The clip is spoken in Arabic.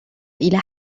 إلى